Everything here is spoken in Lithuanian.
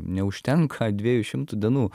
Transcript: neužtenka dviejų šimtų dienų